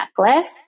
necklace